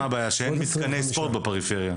הבעיה היא שאין מתקני ספורט בפריפריה.